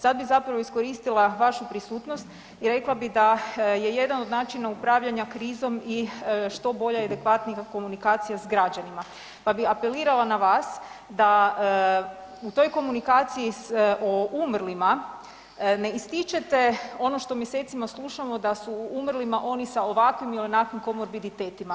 Sad bi zapravo iskoristila vašu prisutnost i rekla bi da je jedan od načina upravljanja krizom i što bolje i adekvatnija komunikacija s građanima pa bi apelirala na vas da u toj komunikaciji s o umrlima ne ističete ono što mjesecima slušamo sa su umrlima oni sa ovakvim i onakvim komorbiditetima.